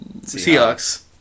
Seahawks